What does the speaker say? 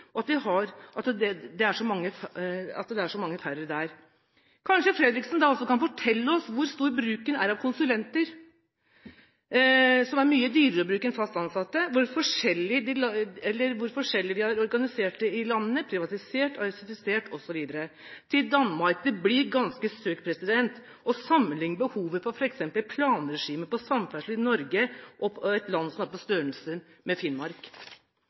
at det er så mange færre der. Kanskje Fredriksen da også kan fortelle oss hvor stor bruken er av konsulenter – som er mye dyrere å bruke enn fast ansatte – hvor forskjellig de har organisert det i landene, privatisert, AS-ifisert osv. Til Danmark: Det blir ganske søkt å sammenligne behovet for f.eks. et planregime for samferdsel i Norge med et land som er på størrelse med Finnmark.